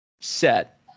set